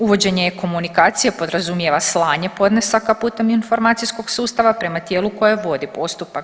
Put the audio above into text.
Uvođenje e-komunikacije podrazumijeva slanje podnesaka putem informacijskog sustava prema tijelu koje vodi postupak.